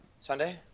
sunday